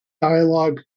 dialogue